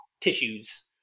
tissues